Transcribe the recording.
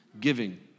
Giving